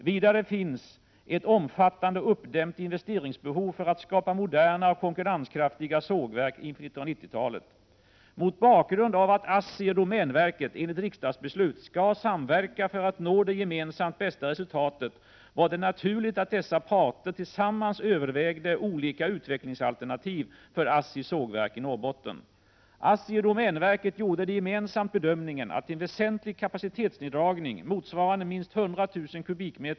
Vidare finns ett omfattande uppdämt investeringsbehov för att skapa moderna och konkurrenskraftiga sågverk inför 1990-talet. Mot bakgrund av att ASSI och domänverket, enligt riksdagsbeslut, skall samverka för att nå det gemensamt bästa resultatet var det naturligt att dessa parter tillsammans övervägde olika utvecklingsalternativ för ASSI:s sågverk iNorrbotten. ASSI och domänverket gjorde gemensamt bedömningen att en väsentlig kapacitetsneddragning — motsvarande minst 100 000 m?